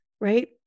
right